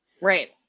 Right